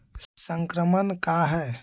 संक्रमण का है?